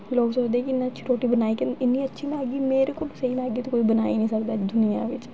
लोक सोचदे इन्नी अच्छी रुट्टी बनाई कि'यां इन्नी अच्छी ब मैगी मेरे कोला अच्छी ते कोई बनाई गै निं सकदा इस दुनिया बिच